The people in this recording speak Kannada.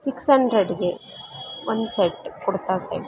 ಸಿಕ್ಸ್ ಅಂಡ್ರೆಡ್ಗೆ ಒಂದು ಸೆಟ್ ಕುರ್ತಾ ಸೆಟ್